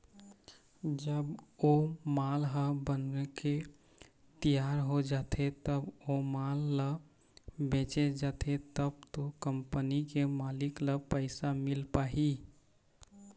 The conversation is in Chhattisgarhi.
जब ओ माल ह बनके तियार हो जाथे तब ओ माल ल बेंचे जाथे तब तो कंपनी के मालिक ल पइसा मिल पाही